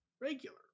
regular